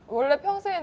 dollar bills. and